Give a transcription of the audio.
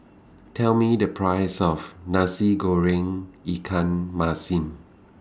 Tell Me The Price of Nasi Goreng Ikan Masin